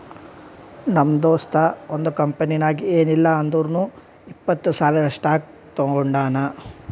ನಮ್ ದೋಸ್ತ ಒಂದ್ ಕಂಪನಿನಾಗ್ ಏನಿಲ್ಲಾ ಅಂದುರ್ನು ಇಪ್ಪತ್ತ್ ಸಾವಿರ್ ಸ್ಟಾಕ್ ತೊಗೊಂಡಾನ